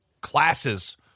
classes